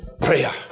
Prayer